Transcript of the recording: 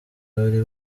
babiri